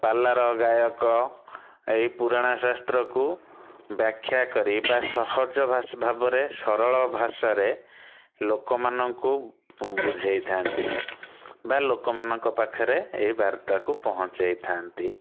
ପାଲାର ଗାୟକ ଏଇ ପୁରାଣ ଶାସ୍ତ୍ରକୁ ବାଖ୍ୟା କରି ବା ସହଜ ଭାଷା ଭାବରେ ସରଳ ଭାଷାରେ ଲୋକମାନଙ୍କୁ ବୁଝେଇଥାନ୍ତି ବା ଲୋକମାନଙ୍କ ପାଖରେ ଏଇ ବାର୍ତ୍ତାକୁ ପହଞ୍ଚେଇଥାନ୍ତି